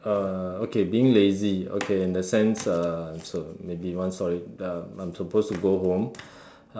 uh okay being lazy okay in the sense uh so maybe one story to tell I'm supposed to go home